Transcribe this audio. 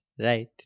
right